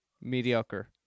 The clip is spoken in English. mediocre